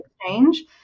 exchange